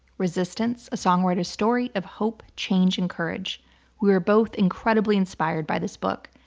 resistance a songwriter's story of hope, change and courage. we are both incredibly inspired by this book.